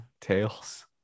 Tails